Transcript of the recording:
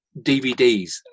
DVDs